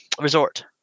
resort